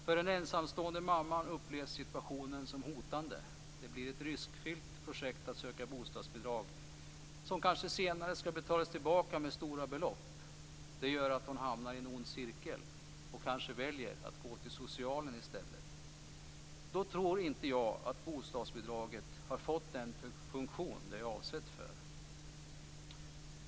För den ensamstående mamman upplevs situationen som hotfull. Det blir ett riskfyllt projekt att söka bostadsbidrag som kanske senare skall betalas tillbaka med stora belopp. Det gör att hon hamnar i en ond cirkel och kanske väljer att gå till socialen i stället. Då tror inte jag att bostadsbidraget har haft den funktion det är avsett för.